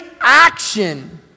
action